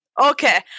Okay